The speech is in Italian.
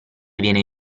viene